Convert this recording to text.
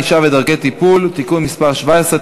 ענישה ודרכי טיפול) (תיקון מס' 17),